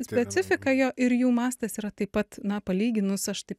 specifika jo ir jų mastas yra taip pat na palyginus aš taip